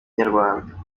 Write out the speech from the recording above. n’inyarwanda